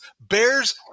Bears